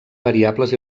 variables